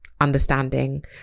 understanding